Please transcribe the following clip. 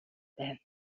байна